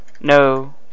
no